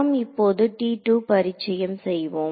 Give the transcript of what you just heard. நாம் இப்போது பரிச்சயம் செய்வோம்